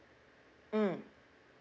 mm